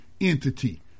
entity